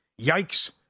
Yikes